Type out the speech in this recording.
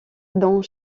dans